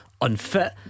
Unfit